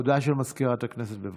הודעה למזכירת הכנסת, בבקשה.